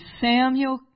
Samuel